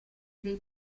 dei